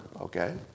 okay